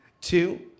two